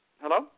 Hello